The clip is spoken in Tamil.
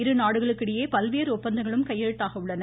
இருநாடுகளுக்கு இடையே பல்வேறு ஒப்பந்தங்களும் கையெழுத்தாக உள்ளன